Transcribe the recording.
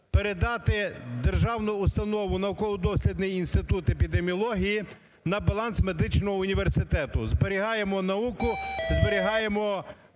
передати державну установу "Науково-дослідний інститут епідеміології" на баланс медичного університету. Зберігаємо науку, зберігаємо